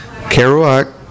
Kerouac